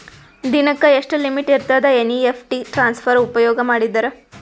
ದಿನಕ್ಕ ಎಷ್ಟ ಲಿಮಿಟ್ ಇರತದ ಎನ್.ಇ.ಎಫ್.ಟಿ ಟ್ರಾನ್ಸಫರ್ ಉಪಯೋಗ ಮಾಡಿದರ?